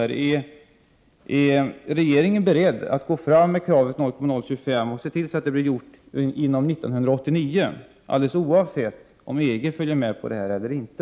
Är regeringen beredd att gå fram med kravet på 0,025 viktprocent och se till att det genomförs under 1989 alldeles oavsett om EG ansluter sig till det eller inte?